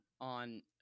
on